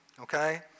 okay